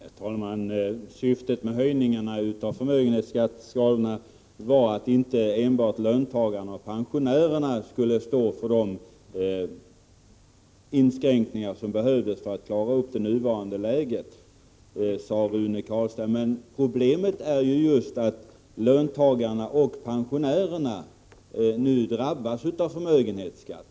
Herr talman! Syftet med höjningen av förmögenhetsskatteskalorna var att inte enbart löntagarna och pensionärerna skulle stå för de inskränkningar som behövde göras för att klara upp det nuvarande läget, sade Rune Carlstein. Men problemet är ju just att löntagarna och pensionärerna nu drabbas av förmögenhetsskatt.